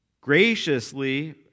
Graciously